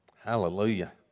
Hallelujah